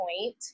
point